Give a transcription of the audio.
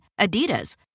Adidas